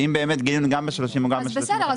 שאם באמת גילינו גם ב-30 וגם ב-35 --- אז בסדר,